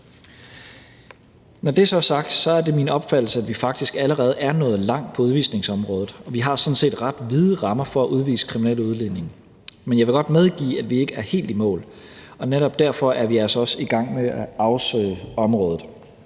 Når det så er sagt, er det min opfattelse, at vi faktisk allerede er nået langt på udvisningsområdet. Vi har sådan set ret vide rammer for at udvise kriminelle udlændinge. Men jeg vil godt medgive, at vi ikke er helt i mål, og netop derfor er vi altså også i gang med at afsøge området.